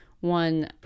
one